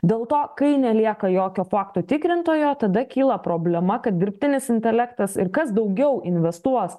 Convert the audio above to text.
dėl to kai nelieka jokio faktų tikrintojo tada kyla problema kad dirbtinis intelektas ir kas daugiau investuos